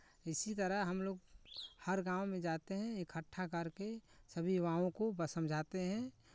इसी तरह हमलोग हर गाँव में जाते हैं इकट्ठा करके सभी युवाओं को समझाते हैं